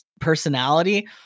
personality